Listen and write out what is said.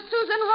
Susan